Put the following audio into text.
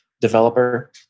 developer